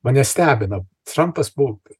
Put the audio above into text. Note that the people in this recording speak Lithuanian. mane stebina trampas buvo